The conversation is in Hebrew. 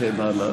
וכן הלאה?